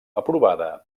aprovada